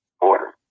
order